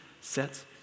sets